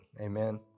Amen